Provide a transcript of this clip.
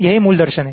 यही मूल दर्शन है